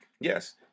yes